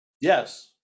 Yes